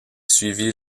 suivit